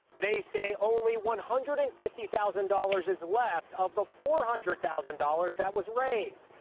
they say only one hundred and fifty thousand dollars is left of the four hundred thousand dollars that was raised.